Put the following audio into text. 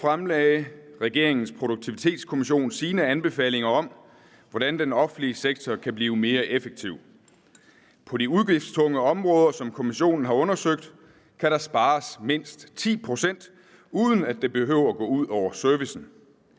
I går fremlagde regeringens Produktivitetskommission sine anbefalinger til, hvordan den offentlige sektor kan blive mere effektiv. På de udgiftstunge områder, som kommissionen har undersøgt, kan der spares mindst 10 pct., uden at det behøver at gå ud over servicen,